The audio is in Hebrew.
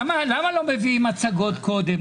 למה לא מביאים מצגות קודם?